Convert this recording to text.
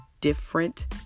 different